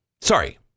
sorry